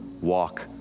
walk